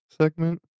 segment